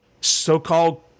so-called